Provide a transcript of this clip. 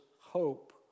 hope